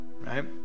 right